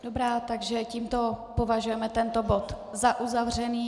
Dobrá, takže tímto považujeme tento bod za uzavřený.